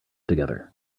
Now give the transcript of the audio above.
together